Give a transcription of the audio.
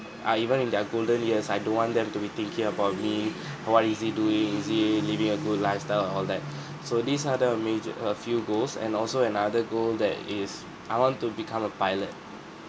uh even in their golden years I don't want them to be thinking about me err what is he doing is he living a good lifestyle and all that so these are the major uh few goals and also another goal that is I want to become a pilot